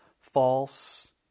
False